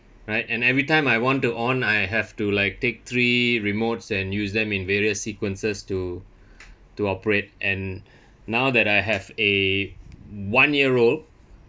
alright and every time I want to on I have to like take three remotes and use them in various sequences to to operate and now that I have a one year old